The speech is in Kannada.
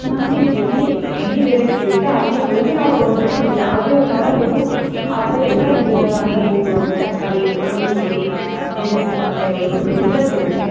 ನಮಗೆ ಎಲ್ಲಿ ಕಮ್ಮಿ ಬೆಲೆಗೆ ಸಿಗುತ್ತೆ ಅಲ್ಲಿ ಹೋಗಿ ನಾವು ತಗೊಂಡರೆ ನಮಗೆ ಯಾವ್ಯಾವ ಥರ ಬೇಕೋ ಆ ಥರ ಎಲ್ಲ ವಿವಿಧವಾದ ಹೂಗಳು ತರಕಾರಿಗಳು ಹಣ್ಣುಗಳು ದಿನಸಿ ಧಾನ್ಯಗಳು ಎಲ್ಲ ಸಿಗುತ್ತೆ